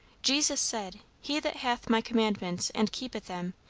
jesus said, he that hath my commandments and keepeth them,